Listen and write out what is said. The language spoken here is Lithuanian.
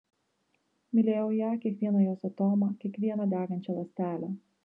mylėjau ją kiekvieną jos atomą kiekvieną degančią ląstelę